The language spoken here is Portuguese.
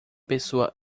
pessoa